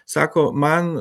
sako man